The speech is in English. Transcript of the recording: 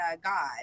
God